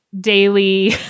daily